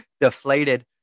deflated